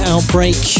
Outbreak